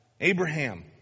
Abraham